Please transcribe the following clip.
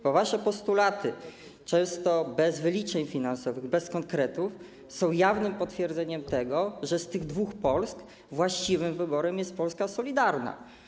Bo wasze postulaty, często bez wyliczeń finansowych, bez konkretów, są jawnym potwierdzeniem tego, że w odniesieniu do tych dwóch Polsk właściwym wyborem jest Polska solidarna.